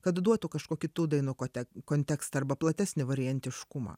kad duotų kažkokį tų dainų kote kontekstą arba platesnį variantiškumą